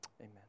Amen